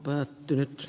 varapuhemies